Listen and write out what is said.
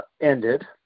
ended